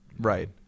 Right